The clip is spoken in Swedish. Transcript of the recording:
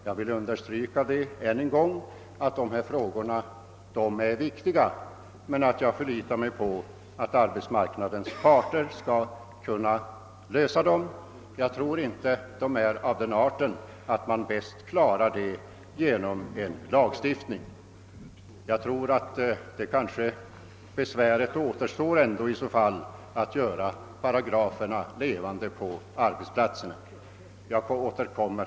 Jag vill än en gång understryka att dessa frågor är viktiga men att jag litar på att arbetsmarknadens parter skall kunna lösa dem. Jag tror inte att de är av den arten att man bäst klarar det hela genom en lagstiftning. I så fall återstår ändå besväret att göra paragraferna levande på arbetsplatserna. Herr talman!